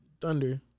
Thunder